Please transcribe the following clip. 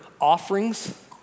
offerings